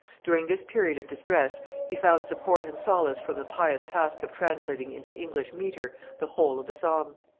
during this period of distress he found support and solace from the pious task of translating into english metre the whole of the psalms.